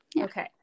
Okay